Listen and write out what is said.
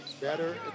better